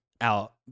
out